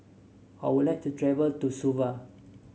I would like to travel to Suva